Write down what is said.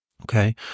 Okay